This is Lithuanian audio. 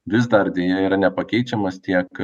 vis dar deja yra nepakeičiamas tiek